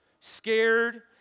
scared